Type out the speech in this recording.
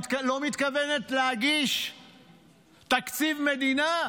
לא מתכוונת להגיש תקציב מדינה,